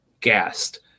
gassed